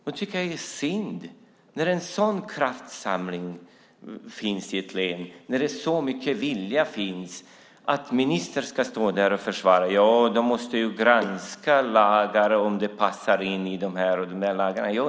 När det görs en kraftsamling i ett län och så mycket vilja finns är det synd att ministern ska svara att man måste granska om det stämmer med lagarna.